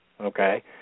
okay